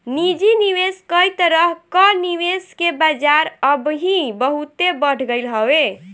निजी निवेश कई तरह कअ निवेश के बाजार अबही बहुते बढ़ गईल हवे